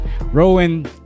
Rowan